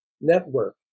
network